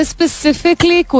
Specifically